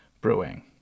Brewing